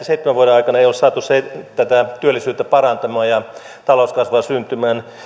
seitsemän vuoden aikana ei olla saatu työllisyyttä parantumaan ja talouskasvua syntymään